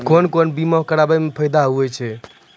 कोन कोन बीमा कराबै मे फायदा होय होय छै?